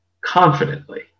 confidently